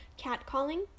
catcalling